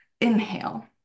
inhale